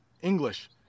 English